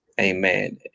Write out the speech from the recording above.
Amen